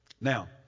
Now